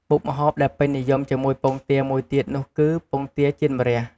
មុខម្ហូបដែលពេញនិយមជាមួយពងទាមួយទៀតនោះគឺ ពងទាចៀនម្រះ ។